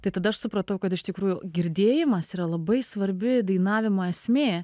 tai tada aš supratau kad iš tikrųjų girdėjimas yra labai svarbi dainavimo esmė